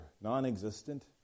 non-existent